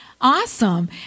awesome